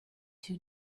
two